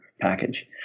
package